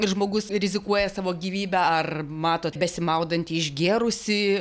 žmogus rizikuoja savo gyvybe ar matot besimaudantį išgėrusį